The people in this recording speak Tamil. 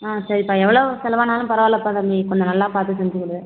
ஆ சரிப்பா எவ்வளவு செலவானாலும் பரவாயில்லப்பா தம்பி கொஞ்சம் நல்லா பார்த்து செஞ்சிக்கொடு